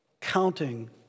counting